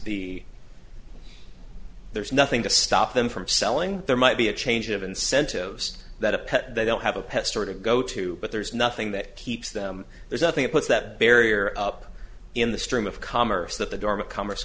be there's nothing to stop them from selling there might be a change of incentives that a pet they don't have a pet store to go to but there's nothing that keeps them there's nothing it puts that barrier up in the stream of commerce that the dharma commerce